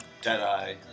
Deadeye